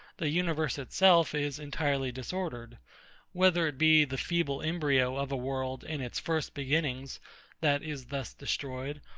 the universe itself is entirely disordered whether it be the feeble embryo of a world in its first beginnings that is thus destroyed,